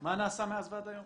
מה נעשה מאז ועד היום.